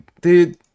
dude